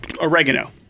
Oregano